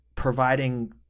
providing